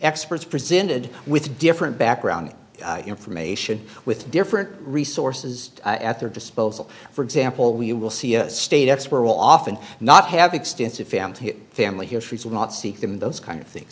experts presented with different background information with different resources at their disposal for example we will see a state that's where we'll often not have extensive family his family histories will not seek them those kind of things